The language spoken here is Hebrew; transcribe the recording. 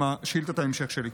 זאת שאילתת ההמשך שלי.